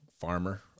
farmer